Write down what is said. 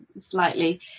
slightly